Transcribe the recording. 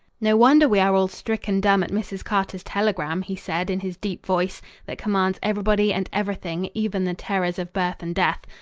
no wonder we are all stricken dumb at mrs. carter's telegram, he said in his deep voice that commands everybody and everything, even the terrors of birth and death.